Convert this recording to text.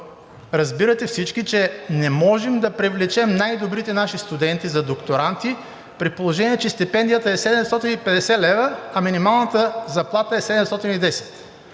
разбирате всички, че не може да привлечем най-добрите наши студенти за докторанти, при положение че стипендията е 750 лв., а минималната заплата е 710.